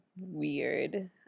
weird